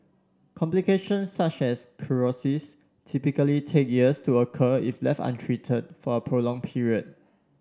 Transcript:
complications such as cirrhosis typically take years to occur if left untreated for a prolonged period